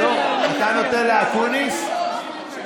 אתה נותן לאקוניס?